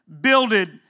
builded